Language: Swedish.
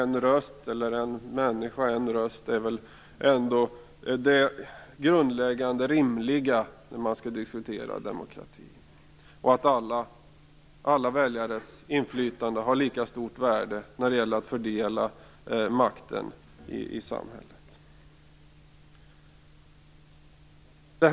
Principen en människa, en röst är väl ändå det grundläggande, det rimliga, när man skall diskutera demokrati. Det grundläggande är väl att alla väljares inflytande har lika stort värde när det gäller att fördela makten i samhället.